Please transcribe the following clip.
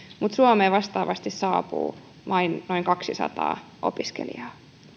mutta suomeen vastaavasti saapuu vain noin kaksisataa opiskelijaa